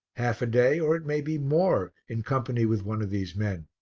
half a day, or it may be more, in company with one of these men.